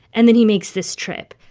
and then he makes this trip.